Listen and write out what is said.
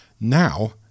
Now